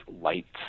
lights